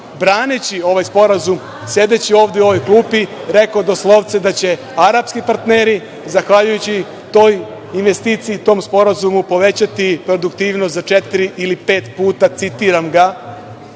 braneći ovaj sporazum sedeći ovde u ovoj klupi, rekao do slovce da će arapski partneri zahvaljujući toj investiciji i tom sporazumu povećati produktivnost za četiri ili pet puta, citiram ga,